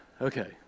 okay